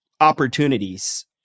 opportunities